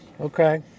Okay